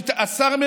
יש ראשי רשויות נשים.